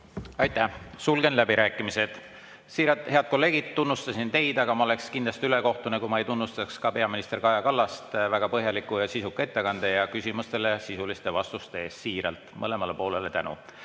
Aitäh! Sulgen läbirääkimised. Siiralt, head kolleegid, tunnustasin teid, aga ma oleksin kindlasti ülekohtune, kui ma ei tunnustaks ka peaminister Kaja Kallast väga põhjaliku ja sisuka ettekande ja küsimustele sisuliste vastuste eest. Siiralt mõlemale poolele tänu.